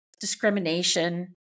discrimination